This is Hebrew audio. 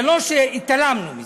זה לא שהתעלמנו מזה.